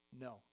no